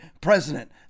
president